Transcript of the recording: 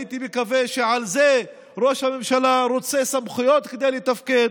הייתי מקווה שעל זה ראש הממשלה רוצה סמכויות כדי לתפקד,